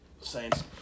Saints